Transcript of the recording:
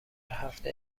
هفته